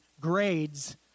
grades